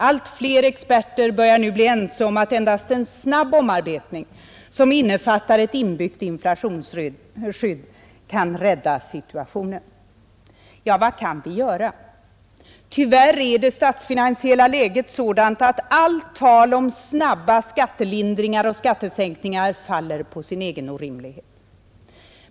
Allt fler experter börjar nu bli ense om att endast en snabb omarbetning som innefattar ett inbyggt inflationsskydd kan rädda situationen. Vad kan vi då göra? Tyvärr är det statsfinansiella läget sådant att allt tal om snabba skattelindringar och skattesänkningar faller på sin egen orimlighet.